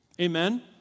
Amen